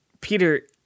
Peter